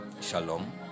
shalom